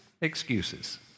Excuses